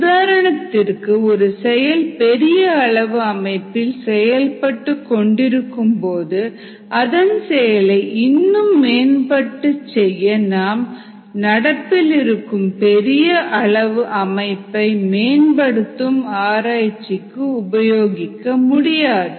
உதாரணத்திற்கு ஒரு செயல் பெரிய அளவு அமைப்பில் செயல்பட்டு கொண்டிருக்கும் போது அதன் செயலை இன்னும் மேன்பட செய்ய நாம் நடப்பிலிருக்கும் பெரிய அளவு அமைப்பை மேம்படுத்தும் ஆராய்ச்சிக்கு உபயோகிக்க முடியாது